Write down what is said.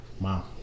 wow